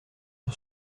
sur